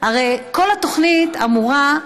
הרי כל התוכנית אמורה,